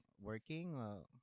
working